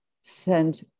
send